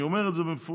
אני אומר את זה במפורש,